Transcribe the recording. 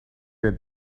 get